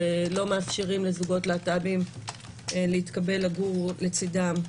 שלא מאפשרים לזוגות להט"בים להתקבל לגור לצדן.